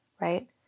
right